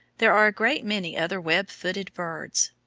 there are a great many other web-footed birds.